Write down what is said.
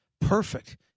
Perfect